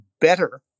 better